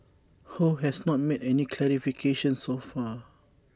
ho has not made any clarifications so far